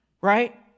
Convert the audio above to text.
right